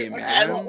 man